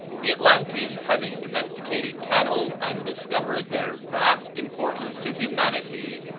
the atlanteans having domesticated cattle, and discovered their vast importance to humanity,